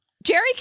Jerry